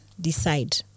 decide